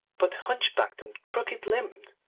but hunchbacked, and crooked-limbed,